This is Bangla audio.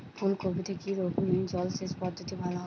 ফুলকপিতে কি রকমের জলসেচ পদ্ধতি ভালো হয়?